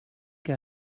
que